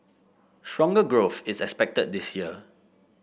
stronger growth is expected this year